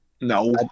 No